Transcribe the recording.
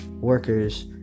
workers